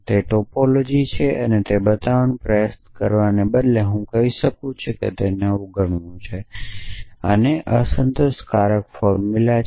તે ટોપોલોજી છે તે બતાવવાનો પ્રયાસ કરવાને બદલે હું કહી શકું છું કે તેને અવગણવું છે અને અસંતોષકારક ફોર્મુલા છે